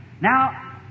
Now